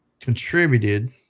contributed